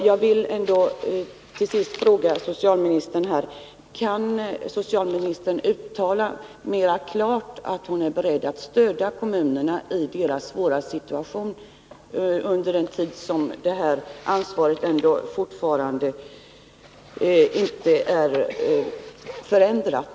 Jag vill ändå till sist fråga socialministern: Kan socialministern mera klart uttala att hon är beredd att stödja kommunerna i deras svåra situation under den tid då detta ansvar ännu inte är förändrat?